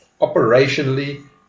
operationally